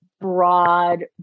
broad